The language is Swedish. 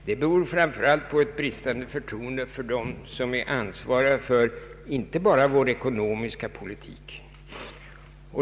Det beror framför allt på ett bristande förtroende för dem som är ansvariga inte bara för vår ekonomiska politik.